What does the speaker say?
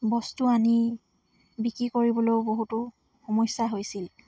বস্তু আনি বিক্ৰী কৰিবলৈও বহুতো সমস্যা হৈছিল